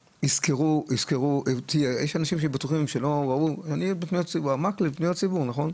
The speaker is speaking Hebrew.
יש אנשים שבטוחים מקלב בפניות ציבור, נכון?